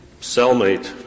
cellmate